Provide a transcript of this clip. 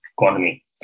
economy